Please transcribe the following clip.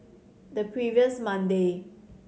the previous Monday